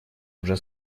уже